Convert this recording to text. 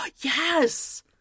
yes